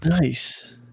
Nice